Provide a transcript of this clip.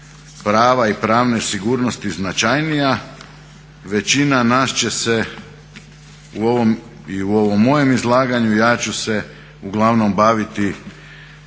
prava i pravne sigurnosti značajnija većina nas će se u ovom i u ovom mojem izlaganju ja ću se uglavnom baviti